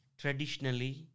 Traditionally